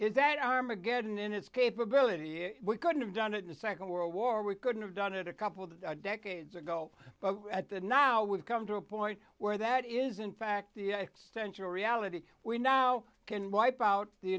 is that armageddon in its capability if we could have done it in the nd world war we couldn't have done it a couple of decades ago at the now we've come to a point where that is in fact the thank you reality we now can wipe out the